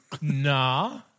Nah